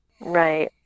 Right